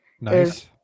nice